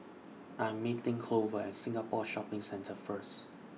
I Am meeting Glover At Singapore Shopping Centre First